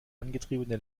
angetriebene